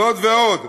זאת ועוד,